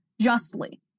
justly